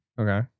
Okay